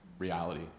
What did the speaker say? Reality